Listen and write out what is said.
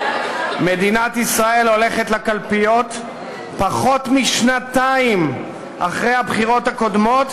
מדינת ישראל הולכת לקלפיות פחות משנתיים אחרי הבחירות הקודמות,